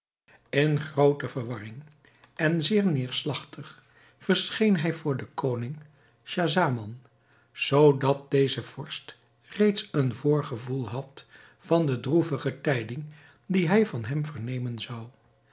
in groote verwarring en zeer neêrslagtig verscheen hij voor den koning schahzaman zoodat deze vorst reeds een voorgevoel had van de droevige tijding die hij van hem vernemen zou